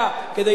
כדי להשיב.